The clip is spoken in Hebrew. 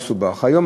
הזאת,